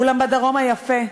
אולם בדרום היפה,